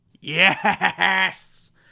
Yes